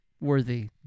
worthy